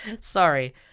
sorry